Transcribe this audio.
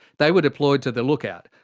they were deployed to the lookout,